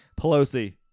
Pelosi